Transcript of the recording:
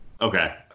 Okay